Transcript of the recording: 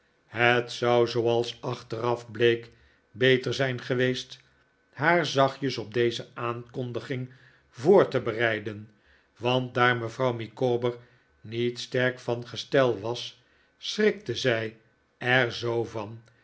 het zou zooals achteraf bleek beter zijn geweest haar zachtjes op deze aankondiging voor te bereiden want daar mevrouw micawber niet sterk van gestel was schrikte zij er zoo van